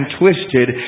twisted